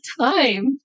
time